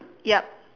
yep